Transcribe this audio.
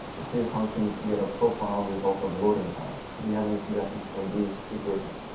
it's very hard for me to get a profile result of loading time. do you have any suggestions for these situations?